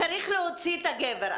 צריך להוציא את הגבר,